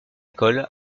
école